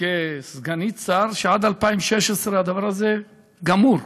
כסגנית שר, שעד 2016 הדבר הזה גמור.